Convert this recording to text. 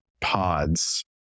pods